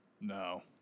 No